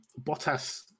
Bottas